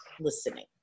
listening